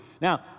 Now